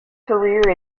career